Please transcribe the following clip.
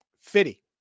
Fitty